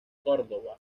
córdoba